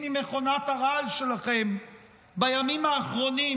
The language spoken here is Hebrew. ממכונת הרעל שלכם בימים האחרונים,